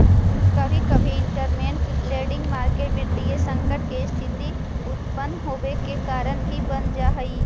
कभी कभी इंटरमेंट लैंडिंग मार्केट वित्तीय संकट के स्थिति उत्पन होवे के कारण भी बन जा हई